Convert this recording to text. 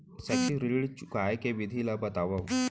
शैक्षिक ऋण चुकाए के विधि ला बतावव